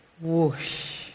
whoosh